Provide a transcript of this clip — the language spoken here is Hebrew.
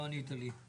לא ענית לי,